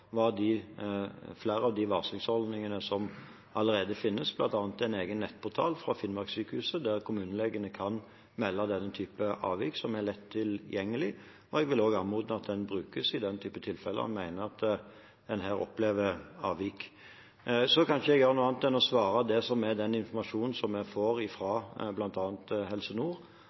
allerede finnes flere varslingsordninger, bl.a. en egen nettportal fra Finnmarkssykehuset som er lett tilgjengelig, der kommunelegene kan melde denne typen avvik, og jeg vil anmode om at den brukes i den typen tilfeller en mener at en opplever avvik. Jeg kan ikke gjøre noe annet enn å svare ut fra den informasjonen som jeg får fra bl.a. Helse Nord,